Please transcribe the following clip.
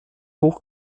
hoch